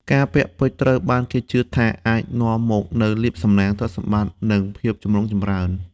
ការពាក់ពេជ្រត្រូវបានគេជឿថាអាចនាំមកនូវលាភសំណាង ទ្រព្យសម្បត្តិ និងភាពចម្រុងចម្រើន។